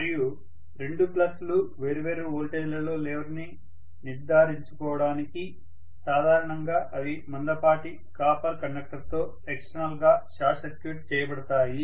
మరియు రెండు ప్లస్లు వేర్వేరు వోల్టేజ్లలో లేవని నిర్ధారించుకోవడానికి సాధారణంగా అవి మందపాటి కాపర్ కండక్టర్తో ఎక్స్టర్నల్ గా షార్ట్ సర్క్యూట్ చేయబడతాయి